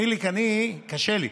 חיליק, קשה לי.